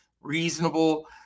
reasonable